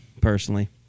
Personally